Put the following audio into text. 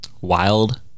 wild